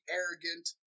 arrogant